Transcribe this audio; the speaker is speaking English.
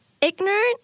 ignorant